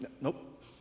Nope